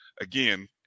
again